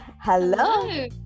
Hello